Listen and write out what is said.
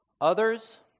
others